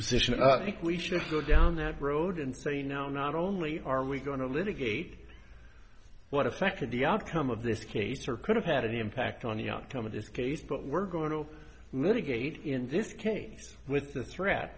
decision i think we should go down that road and say now not only are we going to litigate what affected the outcome of this case or could have had an impact on the outcome of this case but we're going to litigate in this case with the threat